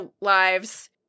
lives